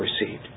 received